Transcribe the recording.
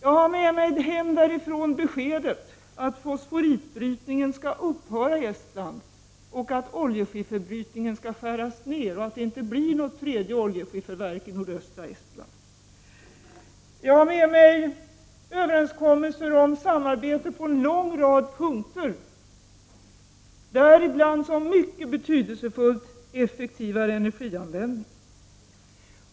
Jag har med mig hem därifrån beskedet att fosforitbrytningen skall upphöra i Estland, att oljeskifferbrytningen skall skäras ned och att det inte blir något tredje oljeskifferverk i nordöstra Estland. Jag har med mig överenskommelser om samarbete på en lång rad punkter, däribland som mycket betydelsefullt en effektivare energianvändning.